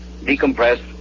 decompress